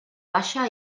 baixa